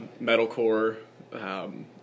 metalcore